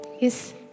Yes